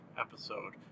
episode